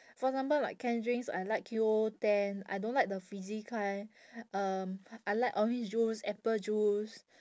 for example like canned drinks I like Qoo ten I don't like the fizzy kind um I like orange juice apple juice